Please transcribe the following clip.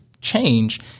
change